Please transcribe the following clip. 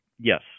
yes